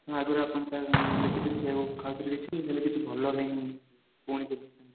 ଆଗରୁ ଆପଣ ଯାହା ଲେଖିଥିଲେ ସେଇଆକୁ ଖାଉଥିଲି କିଛି ହେଲେ କିଛି ଭଲ ହେଇନି ପୁଣି ସେମିତି